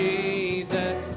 Jesus